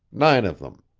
nine of them.